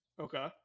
Okay